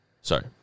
Sorry